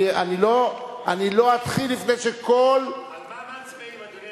אני לא אתחיל לפני שכל, על מה מצביעים, אדוני?